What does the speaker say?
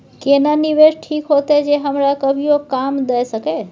केना निवेश ठीक होते जे की हमरा कभियो काम दय सके?